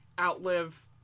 outlive